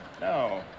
No